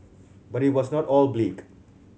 but it was not all bleak